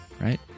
right